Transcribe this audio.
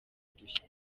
udushya